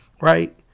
right